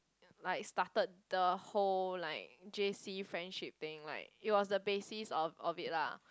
like started the whole like J_C friendship thing like it was the basis of of it lah